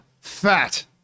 Fat